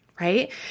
right